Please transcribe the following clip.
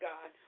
God